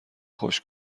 خوش